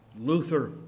Luther